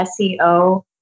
SEO